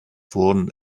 wurden